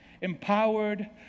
empowered